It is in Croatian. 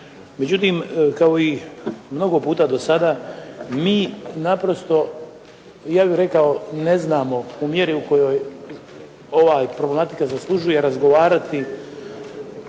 Međutim, kao i mnogo puta do sada mi naprosto, ja bih rekao, ne znamo u mjeri u kojoj ova problematika zaslužuje razgovarati